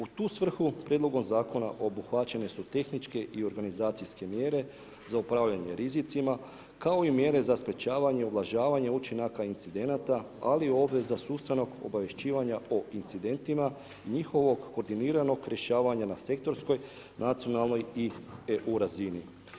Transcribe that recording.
U tu svrhu prijedlogom zakona obuhvaćene su tehničke i organizacijske mjere za upravljanje rizicima kao i mjere za sprječavanja, uvažavanje učinaka incidenata ali i obveza sustavnog obavješćivanja o incidentima, njihovog koordiniranog rješavanja na sektorskog nacionalnoj i EU razini.